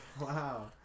wow